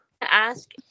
ask